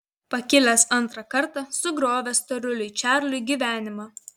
pakilęs antrą kartą sugriovė storuliui čarliui gyvenimą